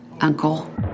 uncle